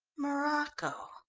morocco!